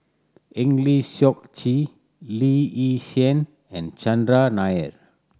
Eng Lee Seok Chee Lee Yi Shyan and Chandran Nair